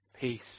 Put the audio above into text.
peace